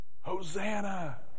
Hosanna